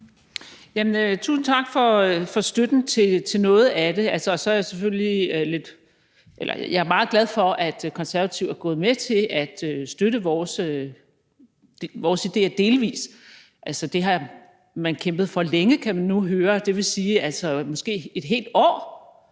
tusind tak for støtten til noget af det. Jeg er meget glad for, at Konservative er gået med til delvis at støtte vores idéer – det har man kæmpet for længe, kan vi nu høre, måske et helt år.